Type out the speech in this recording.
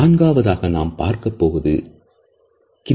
நான்காவதாக நாம் பார்க்கப்போவது கினேசிக்ஸ் ஆகும்